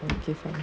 okay fine